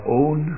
own